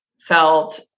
felt